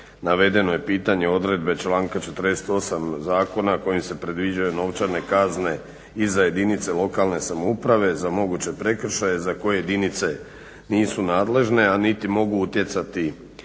navedeno je pitanje odredbe članka 48. Zakona kojim se predviđaju novčane kazne i za jedinice lokalne samouprave, za moguće prekršaje za koje jedinice nisu nadležne a niti mogu utjecati